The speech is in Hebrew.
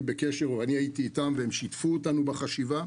בקשר ואני הייתי איתם והם שיתפו אותנו בחשיבה,